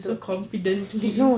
so confidently